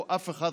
פה אף אחד,